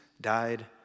died